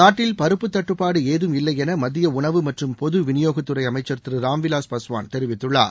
நாட்டில் பருப்பு தட்டுப்பாடு ஏதும் இல்லை என மத்திய உணவு மற்றும் பொதுவிநியோகத் துறை அமைச்சர் திரு ராம்விலாஸ் பாஸ்வான் தெரிவித்துள்ளார்